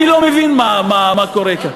אני לא מבין מה קורה כאן.